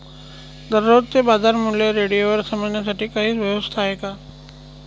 दररोजचे बाजारमूल्य रेडिओवर समजण्यासाठी काही व्यवस्था आहे का?